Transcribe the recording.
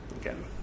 Again